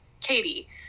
Katie